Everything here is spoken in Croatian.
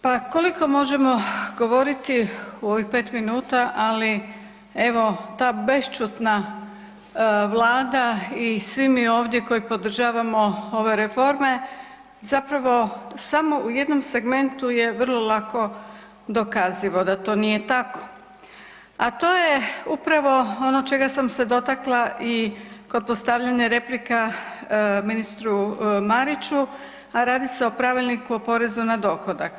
Pa koliko možemo govoriti u ovih 5 minuta, ali evo ta bešćutna Vlada i svi mi ovdje koji podržavamo ove reforme zapravo samo u jednom segmentu je vrlo lako dokazivo da to nije tako, a to je upravo ono čega sam se dotakla i kod postavljanja replika ministru Mariću, a radi se o Pravilniku o porezu na dohodak.